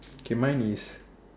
okay mine is